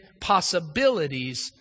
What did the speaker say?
possibilities